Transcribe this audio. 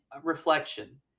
reflection